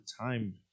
time